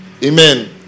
Amen